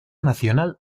nacional